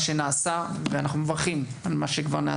לבי מה שכבר נעשה ואנחנו מברכים על כך.